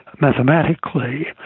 mathematically